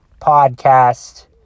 podcast